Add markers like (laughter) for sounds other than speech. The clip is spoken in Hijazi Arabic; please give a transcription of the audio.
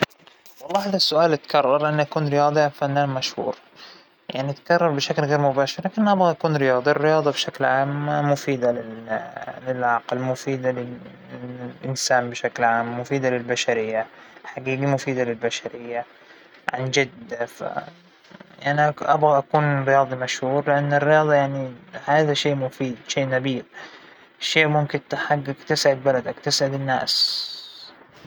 أعتقد أنى اختار أكون رياضية مشهورة، مع العلم إنى ما بفهم لا بالرياضة ولا بالفن، ترى لاأنى موهوبة بالفن ولا أنى رياضية مخضرمة مثل ما بيحكوا، لكن (hesitation) لو أختارنا أضعف الإيمان راح أكون رياضية، شى كرة طايرة ، فولى بول، أو إنه كرة قدم، أى شى من هذا القبيل.